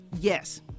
yes